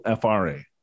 FRA